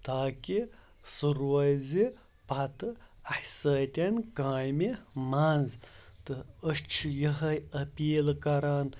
تاکہِ سُہ روزِ پَتہٕ اَسہِ سۭتۍ کامہِ منٛز تہٕ أسۍ چھِ یِہٕے اپیٖل کَران